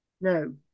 no